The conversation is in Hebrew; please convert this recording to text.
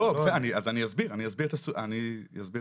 אז אני אסביר את הסיטואציה.